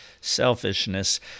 selfishness